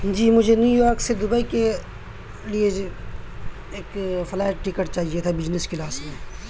جی مجھے New York سے Dubai کے لیے ایک فلائٹ ٹکٹ چاہیے تھا بجنس کلاس میں